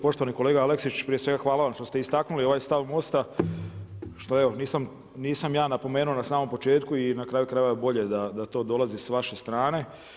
Poštovani kolega Aleksić, prije svega hvala vam što ste istaknuli ovaj stav MOST-a, što evo nisam ja napomenuo na samom početku i na kraju krajeva bolje da to dolazi sa vaše strane.